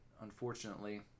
unfortunately